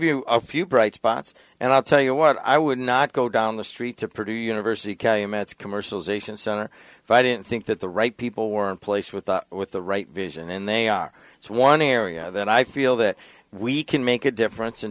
you a few bright spots and i'll tell you what i would not go down the street to produce university calumet commercialisation center if i didn't think that the right people were in place with the with the right vision and they are one area that i feel that we can make a difference in